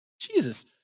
Jesus